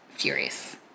furious